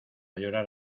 llorar